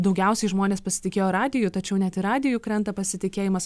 daugiausiai žmonės pasitikėjo radiju tačiau net ir radiju krenta pasitikėjimas